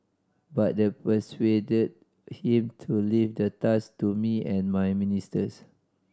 but that persuaded him to leave the task to me and my ministers